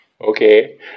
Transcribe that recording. okay